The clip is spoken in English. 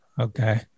Okay